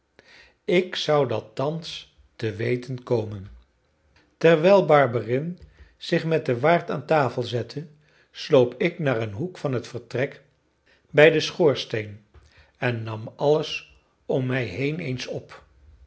ik zou dat thans te weten komen terwijl barberin zich met den waard aan tafel zette sloop ik naar een hoek van het vertrek bij den schoorsteen en nam alles om mij heen eens op